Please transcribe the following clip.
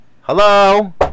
hello